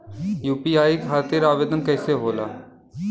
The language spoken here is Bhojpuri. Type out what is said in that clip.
यू.पी.आई खातिर आवेदन कैसे होला?